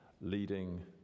leading